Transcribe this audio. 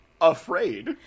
afraid